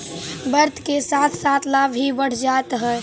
वक्त के साथ साथ लाभ भी बढ़ जतइ